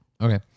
Okay